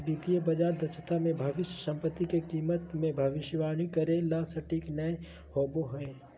वित्तीय बाजार दक्षता मे भविष्य सम्पत्ति के कीमत मे भविष्यवाणी करे ला सटीक नय होवो हय